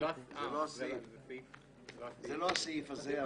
זה לא הסעיף הזה.